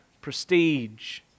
prestige